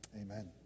Amen